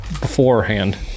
beforehand